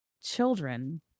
children